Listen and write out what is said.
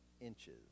inches